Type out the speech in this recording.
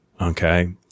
okay